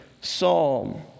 Psalm